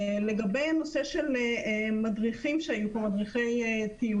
לגבי הנושא של מדריכי טיולים,